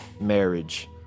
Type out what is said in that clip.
marriage